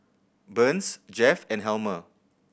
Burns Jeff and Helmer